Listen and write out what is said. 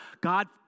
God